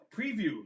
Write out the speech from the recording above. preview